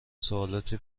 سوالاتی